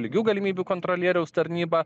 lygių galimybių kontrolieriaus tarnyba